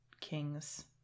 kings